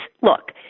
look